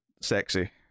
sexy